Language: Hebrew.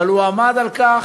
אבל הוא עמד על כך,